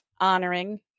honoring